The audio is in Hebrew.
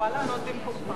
אתה לא, ישראל ביתנו.